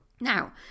now